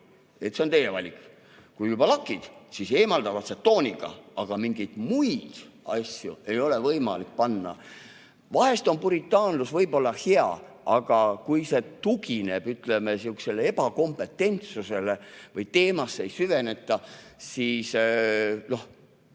see on teie valik. Kui juba lakid, siis eemaldad atsetooniga, aga mingeid muid asju ei ole võimalik panna. Vahest on puritaanlus hea, aga kui see tugineb, ütleme, sihukesele ebakompetentsusele või teemasse ei süveneta, siis meil